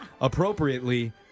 appropriately